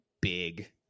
big